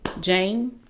Jane